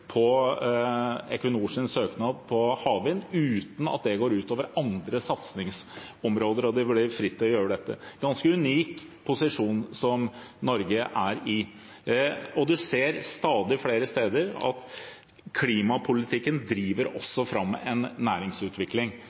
på Equinors søknad på havvind uten at det går ut over andre satsingsområder, og de vurderer fritt å gjøre dette. Det er en ganske unik posisjon Norge er i. Man ser stadig flere steder at klimapolitikken også driver fram en næringsutvikling.